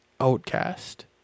outcast